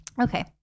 Okay